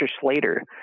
Slater